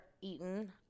eaten